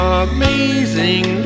amazing